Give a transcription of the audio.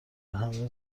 همه